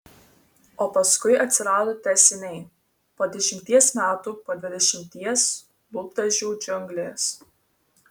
o paskui atsirado tęsiniai po dešimties metų po dvidešimties lūpdažių džiunglės